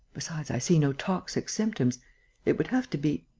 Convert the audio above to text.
besides, i see no toxic symptoms it would have to be.